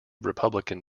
republican